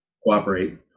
cooperate